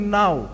now